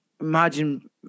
imagine